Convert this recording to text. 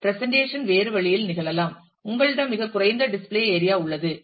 presentation வேறு வழியில் நிகழலாம் உங்களிடம் மிகக் குறைந்த டிஸ்ப்ளே ஏரியா உள்ளது